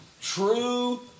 true